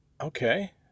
Okay